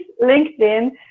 LinkedIn